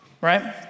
right